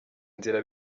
inzira